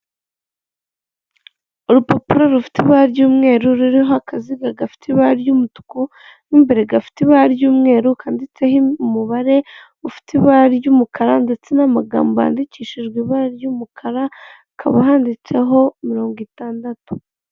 Umuntu wambaye umupira wa oranje wicaye mu ntebe ya purasitike wegamye, inyuma ye hari utubati tubiri tubikwamo, kamwe gasa umweru akandi gasa kacyi harimo ibikoresho bitandukanye.